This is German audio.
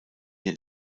den